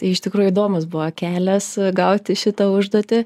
tai iš tikrųjų įdomus buvo kelias gauti šitą užduotį